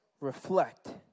reflect